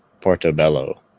Portobello